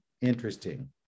interesting